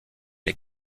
les